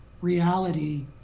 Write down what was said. reality